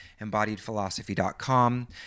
embodiedphilosophy.com